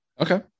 Okay